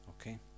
Okay